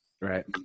right